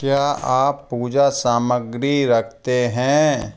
क्या आप पूजा सामग्री रखते हैं